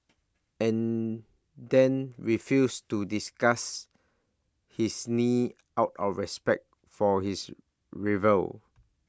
and then refused to discuss his knee out of respect for his rival